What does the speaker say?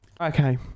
Okay